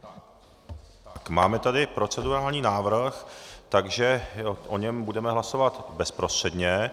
Tak máme tady procedurální návrh, takže o něm budeme hlasovat bezprostředně.